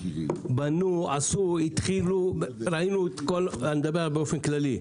בנו, עשו, התחילו, אני מדבר באופן כללי.